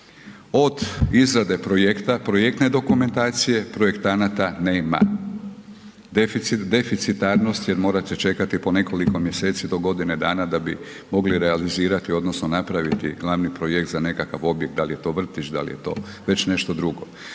Od izrade projekta, projektne dokumentacije, projektanata, nema deficitarnosti jer morate čekate po nekoliko mjeseci do godine dana bi mogli realizirati odnosno napraviti glavni projekt za nekakav objekt da li je to vrtić, da li je to već nešto drugo.